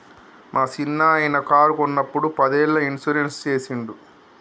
మా సిన్ననాయిన కారు కొన్నప్పుడు పదేళ్ళ ఇన్సూరెన్స్ సేసిండు